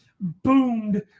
Boomed